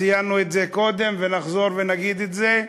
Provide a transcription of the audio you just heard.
ציינו את זה קודם ונחזור ונגיד את זה,